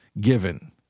given